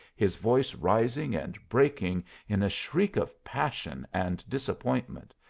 his voice rising and breaking in a shriek of passion and disappointment.